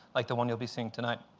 like the one you'll be seeing tonight.